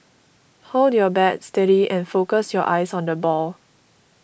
hold your bat steady and focus your eyes on the ball